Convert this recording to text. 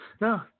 No